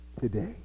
today